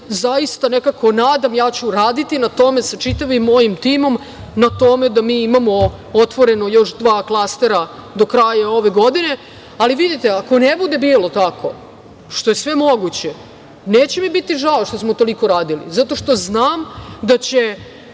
zaista nadam da ću raditi na tome sa čitavim mojim timom da imamo još dva klastera do kraja ove godine. Ali, ako ne bude bilo tako, što je sve moguće, neće mi biti žao što smo toliko radili, zato što znam da će